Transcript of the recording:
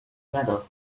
medal